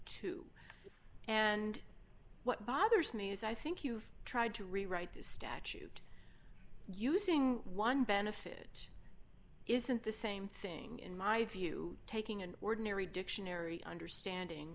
too and what bothers me is i think you've tried to rewrite the statute using one benefit isn't the same thing in my view taking an ordinary dictionary understanding